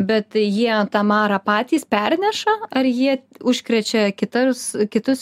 bet jie tą marą patys perneša ar jie užkrečia kitas kitus